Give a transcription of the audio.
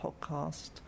podcast